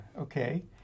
Okay